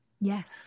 Yes